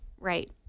Right